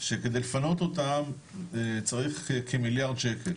שכדי לפנות אותם צריך כמיליארד שקל.